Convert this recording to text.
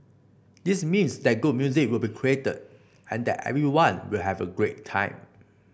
this means that good music will be created and that everyone will have a great time